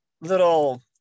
little